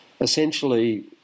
Essentially